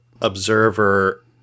observer